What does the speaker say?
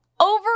Over